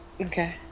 Okay